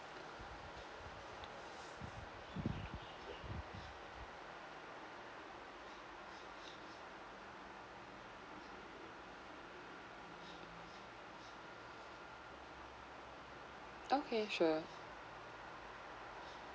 okay sure